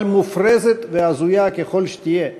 אבל מופרזת והזויה ככל שתהיה,